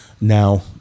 Now